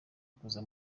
kuza